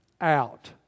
out